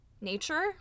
nature